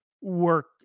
work